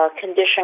condition